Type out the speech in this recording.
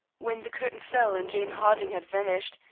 when the curtain fell and jane harding had vanished,